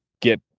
get